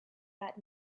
that